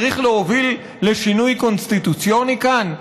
צריך להוביל לשינוי קונסטיטוציוני כאן?